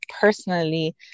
personally